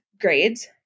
grades